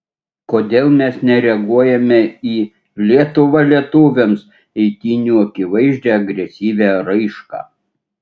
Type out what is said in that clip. kodėl mes nereaguojame į lietuva lietuviams eitynių akivaizdžią agresyvią raišką